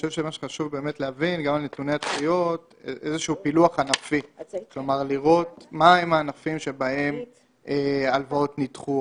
מה שחשוב זה לראות מה הם הענפים שבהם ההלוואות נדחו,